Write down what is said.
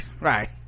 Right